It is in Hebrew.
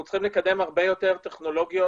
אנחנו צריכים לקדם הרבה יותר טכנולוגיות